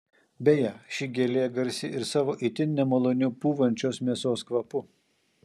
beje ši gėlė garsi ir savo itin nemaloniu pūvančios mėsos kvapu